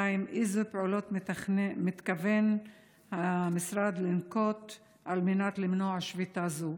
2. איזה פעולות מתכוון המשרד לנקוט על מנת למנוע שביתה זו?